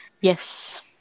Yes